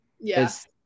Yes